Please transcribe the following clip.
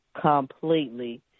Completely